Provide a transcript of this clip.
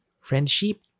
Friendship